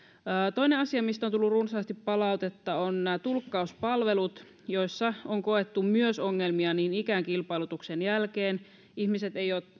toinen asia mistä on tullut runsaasti palautetta on nämä tulkkauspalvelut joissa myös on koettu ongelmia niin ikään kilpailutuksen jälkeen ihmiset eivät enää